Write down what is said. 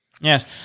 Yes